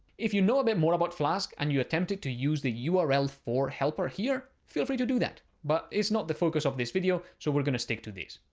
if you know, a bit more about flask and you attempted to use the ah url for helper here, feel free to do that, but it's not the focus of this video, so we're going to stick to this.